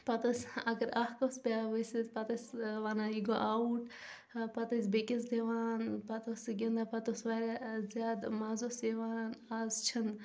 پتہٕ ٲسۍ اگر اکھ اوس پیٚوان وستھ پتہٕ ٲسۍ ونان یہ گوٚو اوُٹ پتہٕ ٲسۍ بیٚکِس دِوان پتہٕ اوس سُہ گِنٛدان پتہٕ اوس واریاہ زیادٕ مزٕ اوس یِوان آز چھِنہٕ